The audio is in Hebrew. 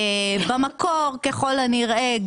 במקור, ככל הנראה,